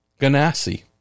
Ganassi